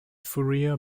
fourier